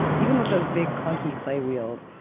even with those big, clunky clay wheels,